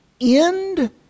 end